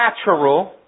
natural